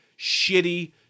shitty